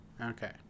Okay